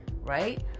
right